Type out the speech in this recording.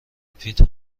پیت